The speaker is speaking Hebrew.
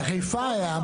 בחיפה היה.